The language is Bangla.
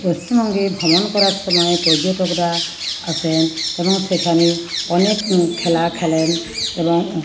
পশ্চিমবঙ্গে ভ্রমণ করার সময় পর্যটকরা আসেন এবং সেখানে অনেক খেলা খেলেন এবং